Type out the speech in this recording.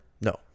No